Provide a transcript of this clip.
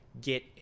get